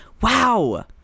Wow